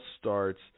starts